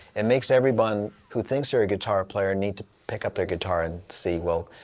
it makes everyone who thinks they are a guitar player need to pick up their guitar and see, well,